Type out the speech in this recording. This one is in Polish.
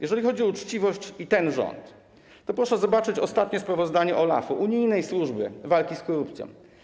Jeżeli chodzi o uczciwość i ten rząd, to proszę zobaczyć ostatnie sprawozdanie OLAF-u, unijnej służby walki z korupcją.